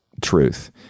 truth